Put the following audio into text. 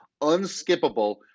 unskippable